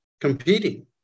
competing